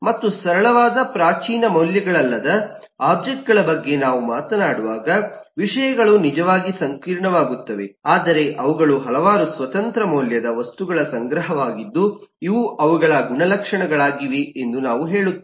ಮತ್ತು ಸರಳವಾದ ಪ್ರಾಚೀನ ಮೌಲ್ಯಗಳಲ್ಲದ ಒಬ್ಜೆಕ್ಟ್ಗಳ ಬಗ್ಗೆ ನಾವು ಮಾತನಾಡುವಾಗ ವಿಷಯಗಳು ನಿಜವಾಗಿಯೂ ಸಂಕೀರ್ಣವಾಗುತ್ತವೆ ಆದರೆ ಅವುಗಳು ಹಲವಾರು ಸ್ವತಂತ್ರ ಮೌಲ್ಯದ ವಸ್ತುಗಳ ಸಂಗ್ರಹವಾಗಿದ್ದು ಇವು ಅವುಗಳ ಗುಣಲಕ್ಷಣಗಳಾಗಿವೆ ಎಂದು ನಾವು ಹೇಳುತ್ತೇವೆ